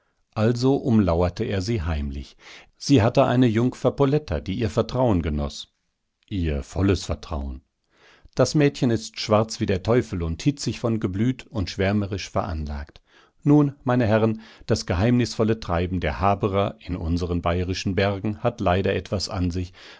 also umlauerte er sie heimlich sie hatte eine jungfer poletta die ihr vertrauen genoß ihr volles vertrauen das mädchen ist schwarz wie der teufel und hitzig von geblüt und schwärmerisch veranlagt nun meine herren das geheimnisvolle treiben der haberer in unseren bayerischen bergen hat leider etwas an sich